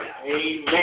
Amen